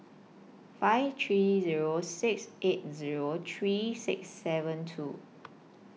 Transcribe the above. five three Zero six eight Zero three six seven two